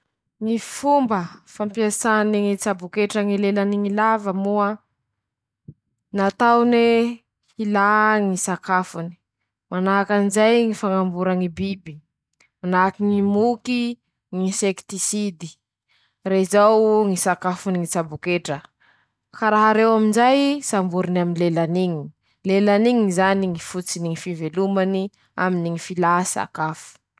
<...>Ñy fomba fampiasany ñy tsaboketra ñy lelany lava moa: Nataone hilà ñy sakafony. manahaky anizay ñy fañambora ñy biby manahaky ñy moky ñy sekitisidy. rezao ñy sakafony ñy traboketra. ka raha reo amizay samboriny aminy lelany iñy. lelan'iñy zany ñy fototsiny ñy fivelomany aminy ñy filà sakafo.